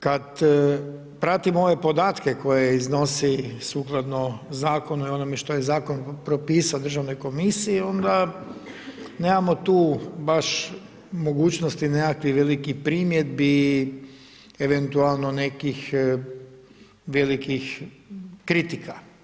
Kad pratim ove podatke koje iznosi sukladno zakonu i onome što je zakon propisao Državnoj komisiji, onda nemamo tu baš mogućnost nekakvih velikih primjedbi, eventualno nekih velikih kritika.